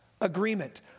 agreement